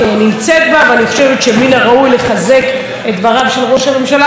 אני חושבת שמן הראוי לחזק את דבריו של ראש הממשלה בעניין הזה,